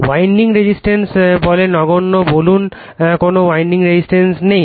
winding resistance বলে নগণ্য বলুন কোন উইন্ডিং রেজিস্ট্যান্স নেই